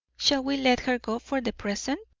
shall we let her go for the present?